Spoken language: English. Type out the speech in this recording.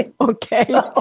Okay